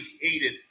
hated